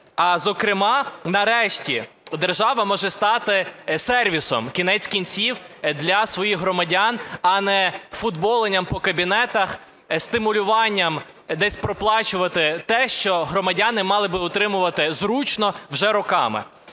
Зокрема, нарешті держава може стати сервісом кінець кінцем для своїх громадян, а не футболенням по кабінетах, стимулюванням десь проплачувати те, що громадяни мали би отримувати зручно вже роками.